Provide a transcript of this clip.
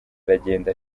aragenda